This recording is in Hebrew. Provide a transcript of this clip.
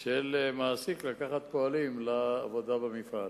של מעסיק לקחת פועלים לעבודה במפעל.